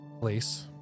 place